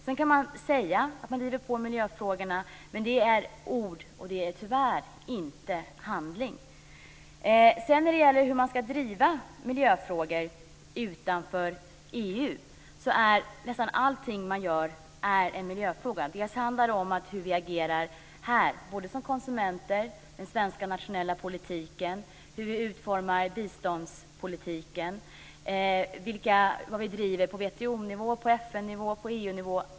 Man kan säga att man driver på i miljöfrågorna men då är det ord - tyvärr inte handling. Sedan gäller det detta med hur man ska driva miljöfrågor utanför EU. Ja, nästan varje sak man gör en miljöfråga. Det handlar om hur vi agerar här. Det gäller då konsumenterna och den svenska nationella politiken, hur vi utformar biståndspolitiken och vad vi driver på WTO-nivå, på FN-nivå och på EU-nivå.